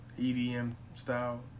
EDM-style